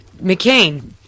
McCain